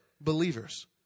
believers